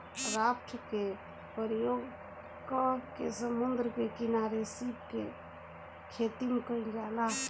raft के प्रयोग क के समुंद्र के किनारे सीप के खेतीम कईल जाला